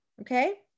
okay